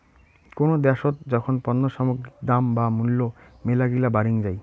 কোনো দ্যাশোত যখন পণ্য সামগ্রীর দাম বা মূল্য মেলাগিলা বাড়িং যাই